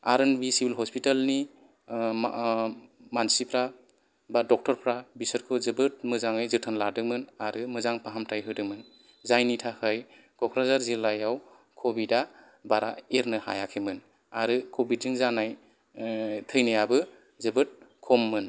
आर N B civil हस्पिटेलनि मानसिफ्रा बा डक्ट'रफ्रा बिसोरखौ जोबोद मोजाङै जोथोन लादोंमोन आरो मोजां फाहामथाय होदोंमोन जायनि थाखाय क'क्राझार जिल्लायाव कभिदा बारा एरनो हायाखैमोन आरो कभिदजों जानाय थैनायाबो जोबोद खममोन